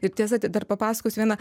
ir tiesa ti dar papasakosiu vieną